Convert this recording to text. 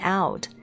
out